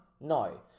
No